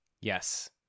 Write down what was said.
Yes